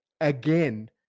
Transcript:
again